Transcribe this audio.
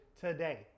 Today